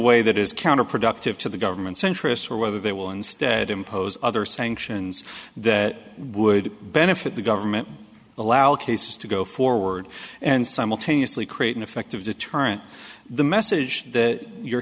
way that is counterproductive to the government's interests or whether they will instead impose other sanctions that would benefit the government allow cases to go forward and simultaneously create an effective deterrent the message that you're